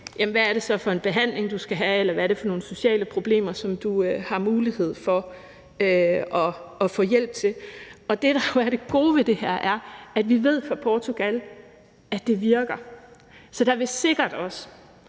hvad det så er for en behandling, du skal have, eller hvad det er for sociale problemer, som du har mulighed for at få hjælp til. Det, der jo er det gode ved det her, er, at vi fra Portugal ved, at det virker. Så der vil sikkert også